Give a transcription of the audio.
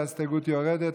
וההסתייגות יורדת,